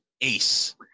ace